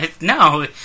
No